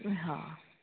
હ